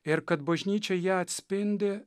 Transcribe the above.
ir kad bažnyčia ją atspindi